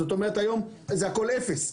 זאת אומרת, הכול אפס,